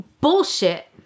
Bullshit